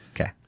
Okay